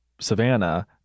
Savannah